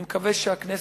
אני מקווה שהכנסת,